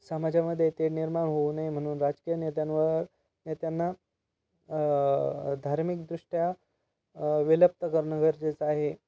समाजामध्ये ते निर्माण होऊ नये म्हणून राजकीय नेत्यांवर नेत्यांना आ धार्मिकदृष्ट्या विलुप्त करणं गरजेचं आहे